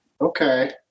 Okay